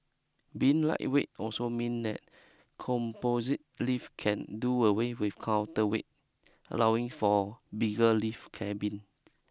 being lightweight also mean that composite lifts can do away with counterweight allowing for bigger lift cabin